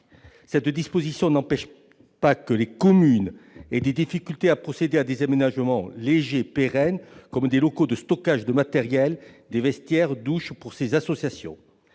Cette disposition n'empêche pas que des communes aient des difficultés à procéder à des aménagements légers pérennes, comme des locaux de stockage du matériel, des vestiaires ou des douches pour ces associations.